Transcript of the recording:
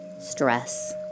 stress